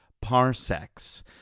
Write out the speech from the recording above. parsecs